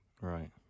Right